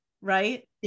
right